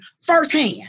firsthand